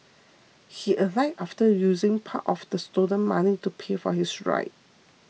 he alighted after using part of the stolen money to pay for his ride